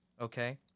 okay